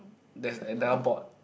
that is another board